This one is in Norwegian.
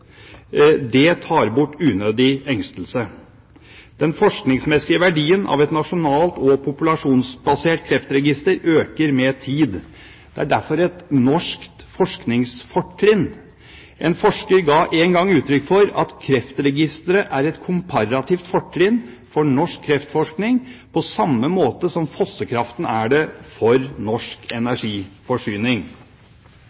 Det tar bort unødig engstelse. Den forskningsmessige verdien av et nasjonalt og populasjonsbasert kreftregister øker med tid. Dette er derfor et norsk forskningsfortrinn. En forsker ga en gang uttrykk for at Kreftregisteret er et komparativt fortrinn for norsk kreftforskning på samme måte som fossekraften er det for norsk